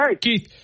Keith